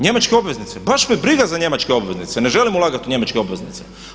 Njemačke obveznice, baš me briga za njemačke obveznice, ne želim ulagati u njemačke obveznice.